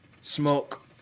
smoke